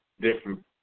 different